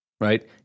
right